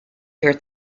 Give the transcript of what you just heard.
their